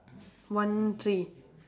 one tree